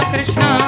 Krishna